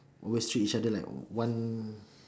always treat each other like one